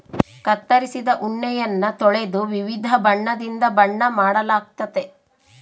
ಕತ್ತರಿಸಿದ ಉಣ್ಣೆಯನ್ನ ತೊಳೆದು ವಿವಿಧ ಬಣ್ಣದಿಂದ ಬಣ್ಣ ಮಾಡಲಾಗ್ತತೆ